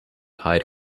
hyde